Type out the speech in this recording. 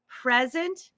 present